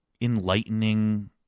enlightening